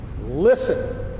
listen